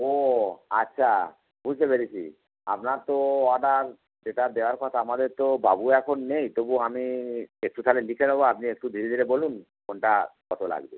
ও আচ্ছা বুঝতে পেরেছি আপনার তো অডার যেটা দেওয়ার কথা আমাদের তো বাবু এখন নেই তবু আমি একটু তাহলে লিখে নেবো আপনি একটু ধীরে ধীরে বলুন কোনটা কতো লাগবে